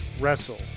wrestle